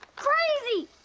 crazy!